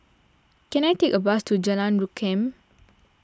can I take a bus to Jalan Rukam